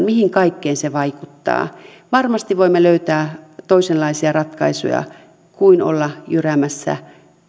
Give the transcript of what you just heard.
mihin kaikkeen se vaikuttaa varmasti voimme löytää toisenlaisia ratkaisuja kuin olla jyräämässä